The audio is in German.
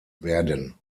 werden